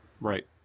Right